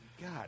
God